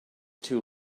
too